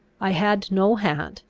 i had no hat.